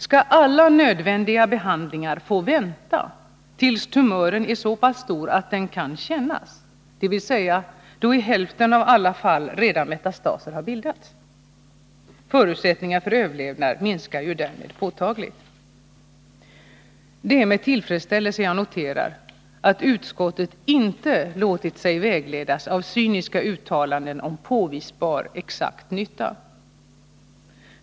Skall alla nödvändiga behandlingar få vänta tills tumören är så pass stor att den kan kännas, dvs. då i hälften av alla fall redan metastaser har bildats? Förutsättningarna för överlevnad minskar ju därmed påtagligt. Det är med tillfredsställelse jag noterar att utskottet inte låtit sig vägledas av cyniska uttalanden om ”påvisbar exakt nytta”.